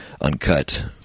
uncut